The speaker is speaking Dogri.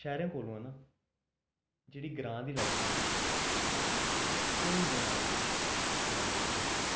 शैह्रें कोला ना जेह्ड़ी ग्रांऽ दी लाइफ ऐ ना ओह् केईं गुणा जैदा शैल ऐ